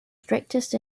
strictest